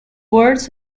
words